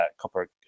copper